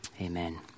Amen